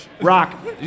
Rock